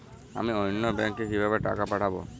আমি অন্য ব্যাংকে কিভাবে টাকা পাঠাব?